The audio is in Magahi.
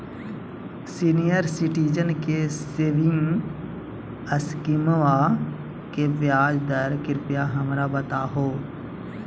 सीनियर सिटीजन के सेविंग स्कीमवा के ब्याज दर कृपया हमरा बताहो